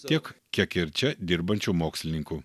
tiek kiek ir čia dirbančių mokslininkų